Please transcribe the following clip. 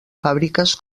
fàbriques